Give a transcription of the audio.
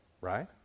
right